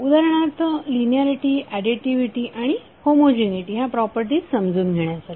उदाहरणार्थ linearity additivity आणि homogeneity ह्या प्रॉपर्टीज समजून घेण्यासाठी